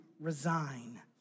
resign